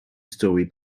story